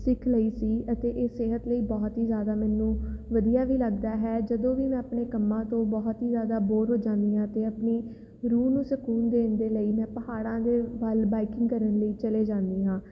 ਸਿੱਖ ਲਈ ਸੀ ਅਤੇ ਇਹ ਸਿਹਤ ਲਈ ਬਹੁਤ ਹੀ ਜ਼ਿਆਦਾ ਮੈਨੂੰ ਵਧੀਆ ਵੀ ਲੱਗਦਾ ਹੈ ਜਦੋਂ ਵੀ ਮੈਂ ਆਪਣੇ ਕੰਮਾਂ ਤੋਂ ਬਹੁਤ ਹੀ ਜ਼ਿਆਦਾ ਬੋਰ ਹੋ ਜਾਂਦੀ ਹਾਂ ਅਤੇ ਆਪਣੀ ਰੂਹ ਨੂੰ ਸਕੂਨ ਦੇਣ ਦੇ ਲਈ ਮੈਂ ਪਹਾੜਾਂ ਦੇ ਵੱਲ ਬਾਈਕਿੰਗ ਕਰਨ ਲਈ ਚਲੀ ਜਾਂਦੀ ਹਾਂ